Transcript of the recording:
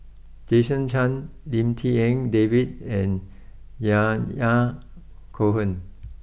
Jason Chan Lim Tik En David and Yahya Cohen